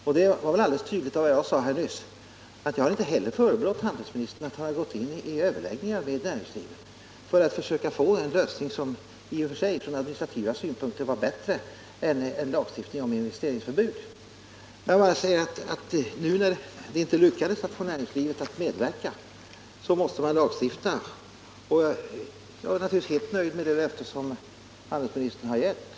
Av vad jag sade här nyss framgick det väl alldeles tydligt att jag inte heller har förebrått handelsministern för att han har gått in i överläggningar med näringslivet för att försöka uppnå en lösning som från administrativa synpunkter i och för sig är bättre än lagstiftning om investeringsförbud. Jag säger bara att när man inte lyckats få näringslivet att medverka, måste man nu naturligtvis lagstifta. Jag är helt nöjd med det löfte som handelsministern har gett.